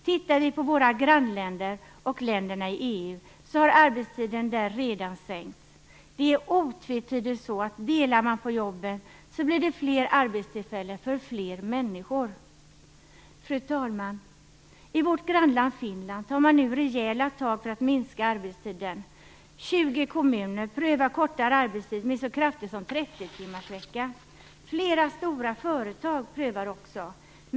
Tittar vi på våra grannländer och länderna i EU har arbetstiden där redan sänkts. Det är otvetydigt så, att delar man på jobben blir det fler arbetstillfällen för fler människor. Fru talman! I vårt grannland Finland tar man nu rejäla tag för att minska arbetstiden. 20 kommuner prövar kortare arbetstid, med så kraftigt som 30 timmarsvecka. Flera stora företag prövar också.